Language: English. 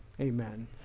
amen